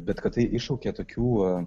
bet kad tai iššaukia tokių